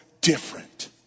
different